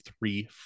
three